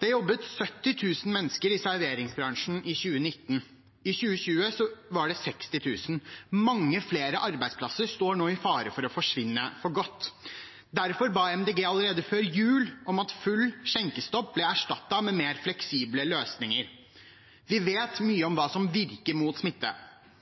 Det jobbet 70 000 mennesker i serveringsbransjen i 2019. I 2020 var det 60 000. Mange flere arbeidsplasser står nå i fare for å forsvinne for godt. Derfor ba MDG allerede før jul om at full skjenkestopp ble erstattet med mer fleksible løsninger. Vi vet mye om hva som virker mot